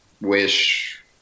wish